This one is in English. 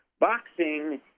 Boxing